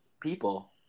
people